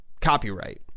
copyright